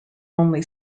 only